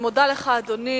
אני מודה לך, אדוני.